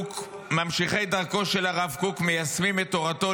ממשיכי דרכו של הרב קוק מיישמים את תורתו.